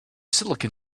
silicon